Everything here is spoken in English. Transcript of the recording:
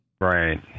right